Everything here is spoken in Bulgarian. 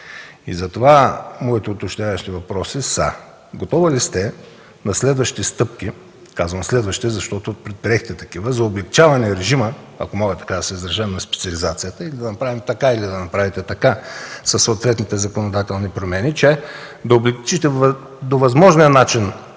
Затова моите уточняващи въпроси са: готова ли сте на следващи стъпки, казвам следващи, защото предприехте такива, за облекчаване режима, ако мога така да се изразя, на специализацията и да направите така със съответните законодателни промени, че да облекчите до възможния начин